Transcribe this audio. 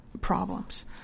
problems